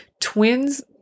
twins